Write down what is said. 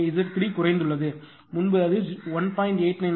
எனவே Z3 குறைந்துள்ளது முன்பு அது 1